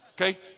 Okay